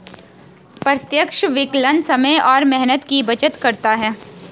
प्रत्यक्ष विकलन समय और मेहनत की बचत करता है